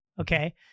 okay